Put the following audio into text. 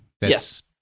Yes